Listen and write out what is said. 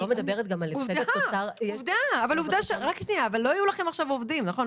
אבל עובדה שלא היו לכם עכשיו עובדים, נכון?